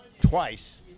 twice